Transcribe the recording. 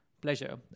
pleasure